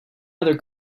other